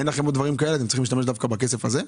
אין לכם עוד דברים כאלה ואתם צריכים להשתמש דווקא בכסף הזה?